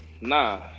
nah